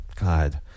God